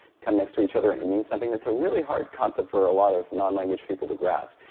come next to each other, and it means something. that's a really hard concept for a lot of non language people to grasp,